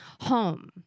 home